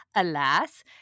Alas